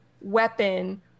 weapon